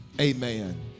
amen